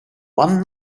one